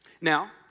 Now